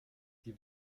die